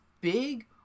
big